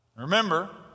remember